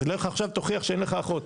אז לך עכשיו תוכיח שאין לך אחות.